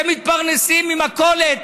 שמתפרנסים ממכולת,